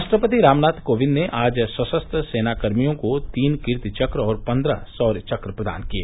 राष्ट्रपति रामनाथ कोविंद ने आज सशस्त्र सेना कर्मियों को तीन कीर्ति चक्र और पन्द्रह शौर्य चक्र प्रदान किए